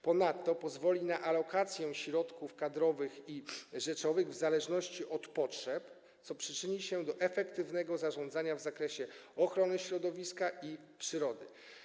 Ponadto pozwoli na alokację środków kadrowych i rzeczowych w zależności od potrzeb, co przyczyni się do efektywnego zarządzania w zakresie ochrony środowiska i przyrody.